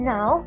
Now